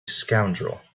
scoundrel